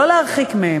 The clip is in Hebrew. לא להרחיק מהם.